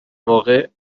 واقع